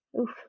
Oof